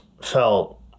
felt